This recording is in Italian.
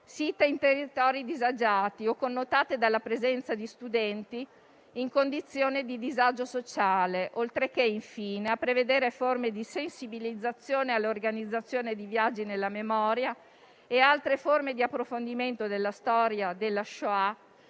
site in territori disagiati o connotate dalla presenza di studenti in condizione di disagio sociale; oltre che, infine, a prevedere forme di sensibilizzazione all'organizzazione di viaggi nella memoria e altre forme di approfondimento della storia della *shoah*